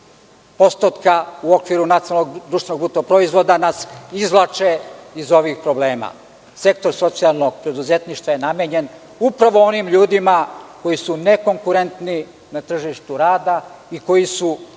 postotka u okviru nacionalnog društvenog bruto proizvoda nas izvlače iz ovih problema. Sektor socijalnog preduzetništva je namenjen upravo onim ljudima koji su nekonkurentni na tržištu rada i koji su